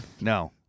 No